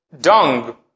dung